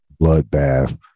bloodbath